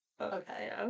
Okay